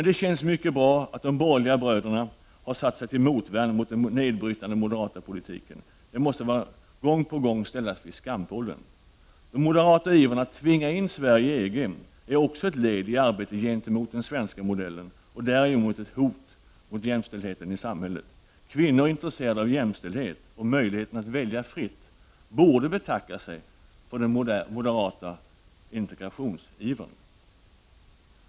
Det känns dock mycket bra att de borgerliga bröderna har satt sig till motvärn mot den nedbrytande moderata politiken. Den måste gång på gång ställas vid skampålen. Den moderata ivern att tvinga in Sverige i EG är också ett led i arbetet mot den svenska modellen och därigenom är den ett hot mot en ökad jämställdhet i samhället. Kvinnor som är intresserade av jämställdhet och av möjligheten att välja fritt borde betacka sig för den moderata integrationsivern.